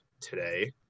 today